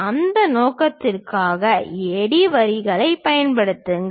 அந்த நோக்கத்திற்காக AD வரிகளைப் பயன்படுத்துங்கள்